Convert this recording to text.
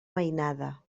mainada